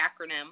acronym